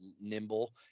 nimble